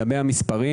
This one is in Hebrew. הכנסנו.